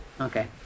Okay